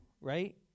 right